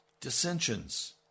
dissensions